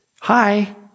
Hi